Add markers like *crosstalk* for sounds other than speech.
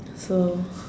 so *breath*